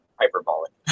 hyperbolic